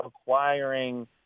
acquiring